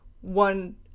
one